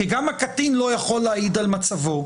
כי גם הקטין לא יכול להעיד על מצבו,